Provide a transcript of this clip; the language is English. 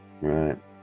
Right